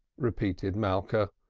repeated malka,